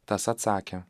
tas atsakė